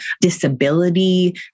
disability